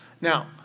Now